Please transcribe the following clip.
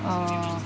oh